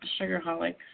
sugarholic